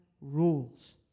rules